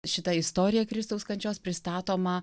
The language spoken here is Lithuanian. šitą istoriją kristaus kančios pristatoma